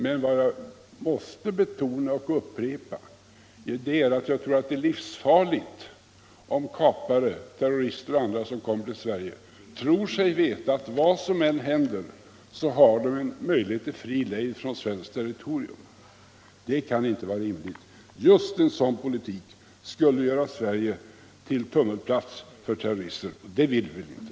Men vad jag måste betona och upprepa är att jag tror att det är livsfarligt om kapare, terrorister och andra som kommer till Sverige tror sig veta att vad som än händer har de möjlighet till fri lejd från svenskt territorium. Det kan inte vara rimligt. Just en sådan politik skulle göra Sverige till tummelplats för terrorister, och det vill vi väl inte.